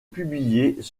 publiées